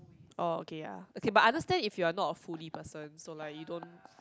orh okay ya okay but I understand if you are not a foodie person so like you don't